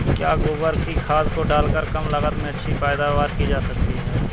क्या गोबर की खाद को डालकर कम लागत में अच्छी पैदावारी की जा सकती है?